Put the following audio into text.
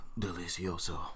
delicioso